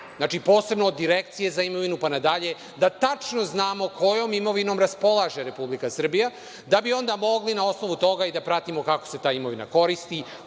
posebno od Direkcije za imovinu pa na dalje da tačno znamo kojom imovinom raspolaže Republika Srbija da bi onda mogli na osnovu toga da pratimo kako se ta imovina koristi,